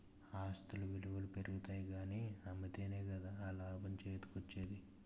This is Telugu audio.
ఆస్తుల ఇలువలు పెరుగుతాయి కానీ అమ్మితేనే కదా ఆ లాభం చేతికోచ్చేది?